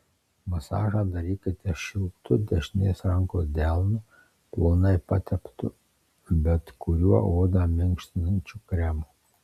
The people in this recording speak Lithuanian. masažą darykite šiltu dešinės rankos delnu plonai pateptu bet kuriuo odą minkštinančiu kremu